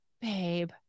Babe